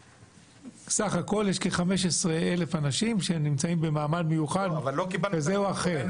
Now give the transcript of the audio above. סך הכול יש כ-15 אלף אנשים שנמצאים במעמד מיוחד כזה או אחר.